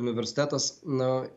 universitetas na